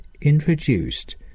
introduced